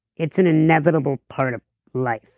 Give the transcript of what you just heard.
it's an inevitable part of life.